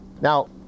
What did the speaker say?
Now